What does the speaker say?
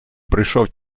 прийшов